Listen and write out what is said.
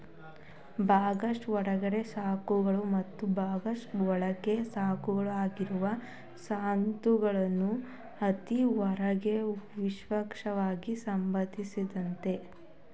ಭಾಗಶಃ ಹೂಡಿಕೆ ಸರಕುಗಳು ಮತ್ತು ಭಾಗಶಃ ಬಳಕೆ ಸರಕುಗಳ ಆಗಿರುವ ಸುತ್ತುಗಳಲ್ಲಿ ಅತ್ತಿ ಹೂಡಿಕೆಯು ವಿಶಿಷ್ಟವಾಗಿ ಸಂಭವಿಸುತ್ತೆ